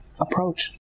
approach